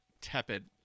tepid